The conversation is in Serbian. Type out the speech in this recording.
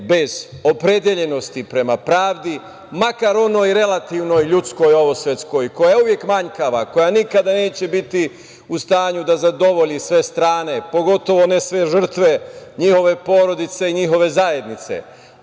bez opredeljenosti prema pravdi, makar onoj relativnoj ljudskoj koja je uvek manjkava, koja nikada neće biti u stanju da zadovolji sve strane, pogotovo ne sve žrtve, njihove porodice, njihove zajednice.